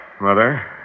Mother